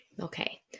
Okay